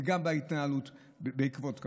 וגם בהתנהלות בעקבות כך.